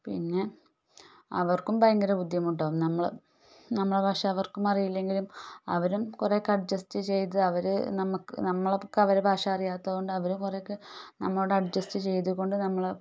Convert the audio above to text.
പിന്നെ അവർക്കും ഭയങ്കര ബുദ്ധിമുട്ടാവും നമ്മൾ നമ്മളെ ഭാഷ അവർക്കും അറിയില്ലെങ്കിലും അവരും കുറെയൊക്കെ അഡ്ജസ്റ്റ് ചെയ്ത് അവർ നമുക്ക് നമ്മളൊക്കെ അവരുടെ ഭാഷ അറിയാത്തത് കൊണ്ട് അവരും കുറെയൊക്കെ നമ്മളോട് അഡ്ജസ്റ്റ് ചെയ്തുകൊണ്ട് നമ്മളെ